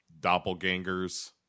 doppelgangers